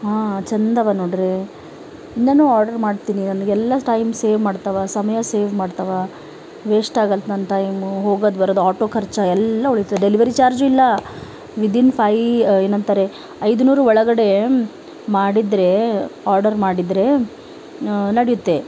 ಹಾಂ ಚಂದವ ನೋಡಿರಿ ಇನ್ನ ಆರ್ಡರ್ ಮಾಡ್ತೀನಿ ನನಗೆ ಎಲ್ಲ ಟೈಮ್ ಸೇವ್ ಮಾಡ್ತವೆ ಸಮಯ ಸೇವ್ ಮಾಡ್ತವೆ ವೇಸ್ಟ್ ಆಗಲ್ದು ನನ್ನ ಟೈಮು ಹೋಗೋದು ಬರೋದು ಆಟೋ ಖರ್ಚು ಎಲ್ಲ ಉಳಿತದೆ ಡೆಲಿವರಿ ಚಾರ್ಜು ಇಲ್ಲ ವಿದಿನ್ ಫೈವ್ ಏನಂತಾರೆ ಐದು ನೂರು ಒಳಗಡೆ ಮಾಡಿದರೆ ಆರ್ಡರ್ ಮಾಡಿದರೆ ನಡೆಯುತ್ತೆ